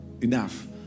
enough